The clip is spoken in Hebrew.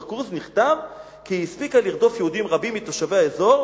בכרוז נכתב כי היא הספיקה לרדוף יהודים רבים מתושבי האזור,